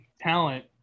talent